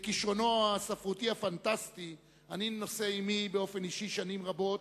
לכשרונו הספרותי הפנטסטי אני נושא עמי שנים רבות,